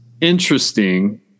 interesting